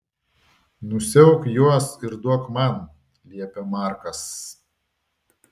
nusiauk juos ir duok man liepia markas